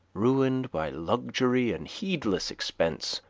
ruined by luxury and heedless expense,